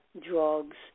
drugs